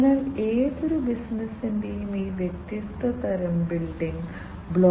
അതിനാൽ നിങ്ങൾ ഡിജിറ്റൈസ് ചെയ്യുന്നതിനുമുമ്പ് നിങ്ങൾ ഒരുതരം കണ്ടീഷനിംഗ് ചെയ്യേണ്ടതുണ്ട്